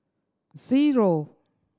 zero